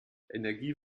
energie